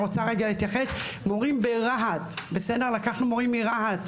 מורים ברהט, לקחנו מורים מרהט.